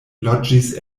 loĝis